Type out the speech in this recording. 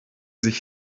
sich